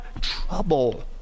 trouble